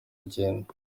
agenda